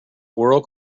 world